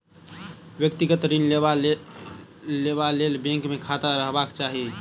व्यक्तिगत ऋण लेबा लेल बैंक मे खाता रहबाक चाही